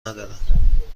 ندارم